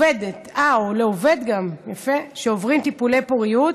אה, גם לעובד, יפה, שעוברים טיפולי פוריות